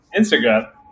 instagram